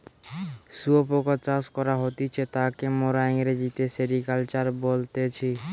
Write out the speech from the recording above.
শুয়োপোকা চাষ করা হতিছে তাকে মোরা ইংরেজিতে সেরিকালচার বলতেছি